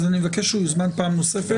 אז אני מבקש שהוא יוזמן פעם נוספת,